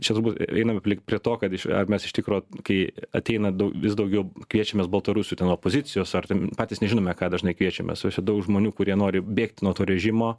čia turbūt einame lyg prie to kad išve ar mes iš tikro kai ateina daug vis daugiau kviečiamės baltarusių ten opozicijos ar ten patys nežinome ką dažnai kviečiamės susi daug žmonių kurie nori bėgti nuo to režimo